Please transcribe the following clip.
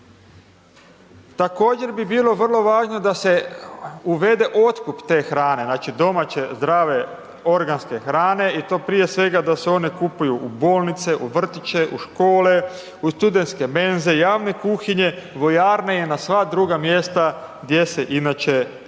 Također bi bilo vrlo važno da se uvede otkup te hrane, znači, domaće, zdrave, organske hrane i to prije svega da se oni kupuju u bolnice, u vrtiće u škole, u studenske menze, javne kuhinje, vojarne i na sva druga mjesta gdje se inače hrana